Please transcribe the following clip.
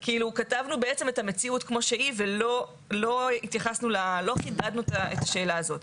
כתבנו בעצם את המציאות כמו שהיא ולא חידדנו את השאלה הזאת.